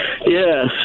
Yes